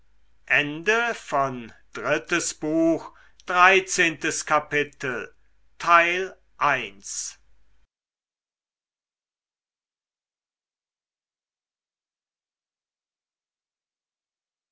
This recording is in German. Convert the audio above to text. drittes buch erstes kapitel